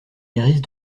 lyrisse